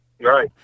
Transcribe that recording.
Right